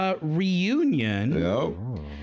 Reunion